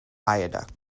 viaduct